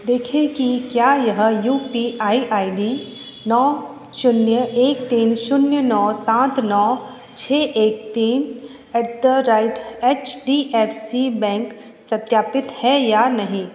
देखें कि क्या यह U P I I D नौ शून्य एक तीन शून्य नौ सात नौ छ एक तीन at the rate H D F C bank सत्यापित है या नहीं